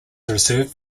reserved